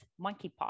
monkeypox